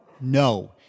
no